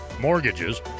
mortgages